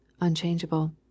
unchangeable